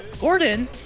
Gordon